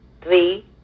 three